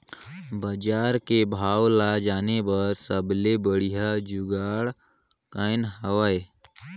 बजार के भाव ला जाने बार सबले बढ़िया जुगाड़ कौन हवय?